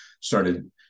started